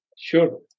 Sure